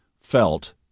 felt